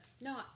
no